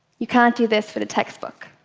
you can't do this with a textbook.